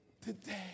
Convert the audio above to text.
today